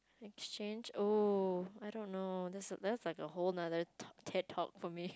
exchange oh I don't know that's that~ that's like a whole talk~ Ted Talk for me